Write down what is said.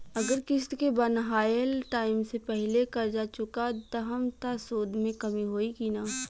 अगर किश्त के बनहाएल टाइम से पहिले कर्जा चुका दहम त सूद मे कमी होई की ना?